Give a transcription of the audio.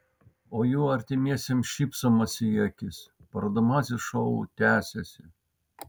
o jų artimiesiems šypsomasi į akis parodomasis šou tęsiasi